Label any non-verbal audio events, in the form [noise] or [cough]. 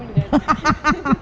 [laughs]